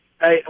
Hey